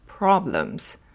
Problems